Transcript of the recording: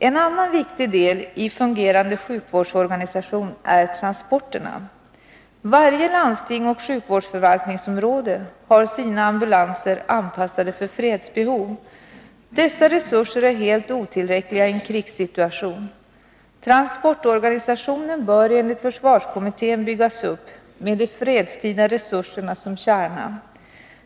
En annan viktig del i en fungerande sjukvårdsorganisation är transporterna. Varje landsting och sjukvårdsförvaltningsområde har sina ambulanser anpassade för fredsbehov. Dessa resurser är helt otillräckliga i en krigssituation. Transportorganisationen bör enligt försvarskommittén byggas upp med de fredstida resurserna som kärna.